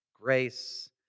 grace